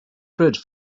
bridge